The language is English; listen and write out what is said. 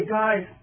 guys